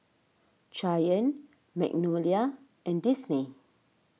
Giant Magnolia and Disney